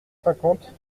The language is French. cinquante